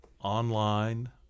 online